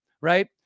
right